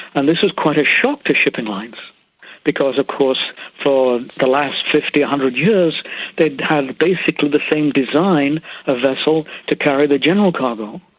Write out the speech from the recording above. and this was quite a shock to shipping lines because of course for the last fifty, one hundred years they'd had basically the same design of vessel to carry the general cargo.